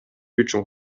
үчүн